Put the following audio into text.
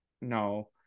no